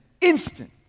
instant